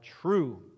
true